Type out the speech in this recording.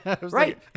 right